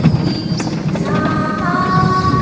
and da da